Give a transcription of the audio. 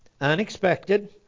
Unexpected